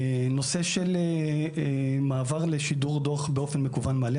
נושא של מעבר לשידור דוח באופן מקוון מלא